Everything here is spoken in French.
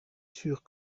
sûr